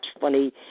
funny